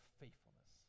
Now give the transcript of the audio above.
faithfulness